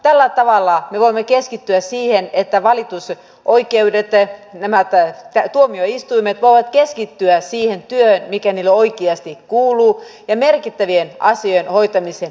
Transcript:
tällä tavalla me voimme keskittyä siihen että valitussa oikeudet ei tämä pelkkää tuomioistuimet voivat keskittyä siihen työhön mikä niille oikeasti kuuluu ja merkittävien asioiden hoitamiseen